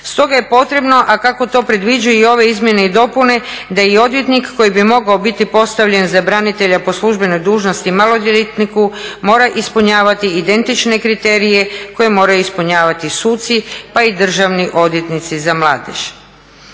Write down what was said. Stoga je potrebno a kako to predviđaju i ove izmjene i dopune da i odvjetnik koji bi mogao biti postavljen za branitelja po službenoj dužnosti maloljetniku mora ispunjavati identične kriterije koje moraju ispunjavati suci pa i državni odvjetnici za mladež.